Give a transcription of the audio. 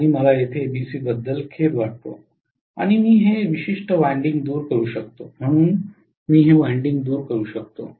आणि मला येथे एबीसी बद्दल खेद वाटतो आणि मी हे विशिष्ट वायंडिंग दूर करू शकतो म्हणून मी हे वायंडिंग दूर करू शकतो